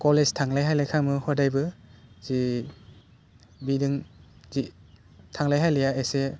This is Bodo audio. कलेज थांलाय हैलाय खालामो हदायबो जि बिदों जि थांलाय हैलायआ एसे